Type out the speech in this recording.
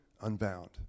unbound